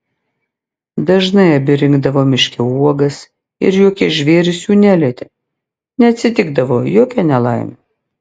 dažnai abi rinkdavo miške uogas ir jokie žvėrys jų nelietė neatsitikdavo jokia nelaimė